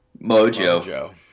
Mojo